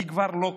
היא כבר לא כאן.